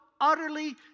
utterly